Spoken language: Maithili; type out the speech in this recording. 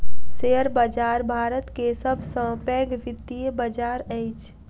शेयर बाजार भारत के सब सॅ पैघ वित्तीय बजार अछि